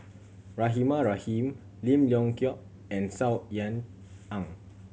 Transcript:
Rahimah Rahim Lim Leong Geok and Saw Ean Ang